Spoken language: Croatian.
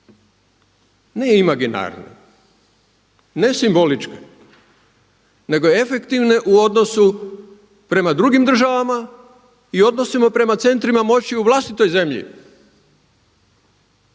ne imaginarne, ne simboličke, nego efektivne u odnosu prema drugim državama i odnosima prema centrima moći u vlastitoj zemlji.